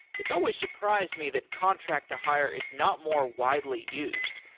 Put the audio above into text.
it's always surprised me that contract to hire is not more widely used,